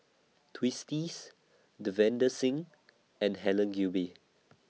Twisstii Davinder Singh and Helen Gilbey